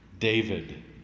David